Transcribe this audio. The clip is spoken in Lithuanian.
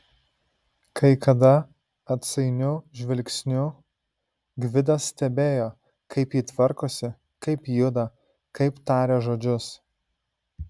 kai kada atsainiu žvilgsniu gvidas stebėjo kaip ji tvarkosi kaip juda kaip taria žodžius